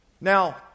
Now